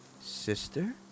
Sister